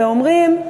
ואומרים: